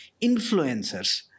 influencers